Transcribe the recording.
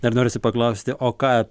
dar norisi paklausti o ką